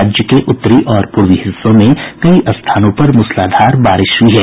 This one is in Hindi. राज्य के उत्तरी और पूर्वी हिस्सों में कई स्थानों पर मूसलाधार बारिश हई है